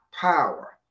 power